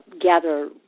gather